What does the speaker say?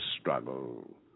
struggle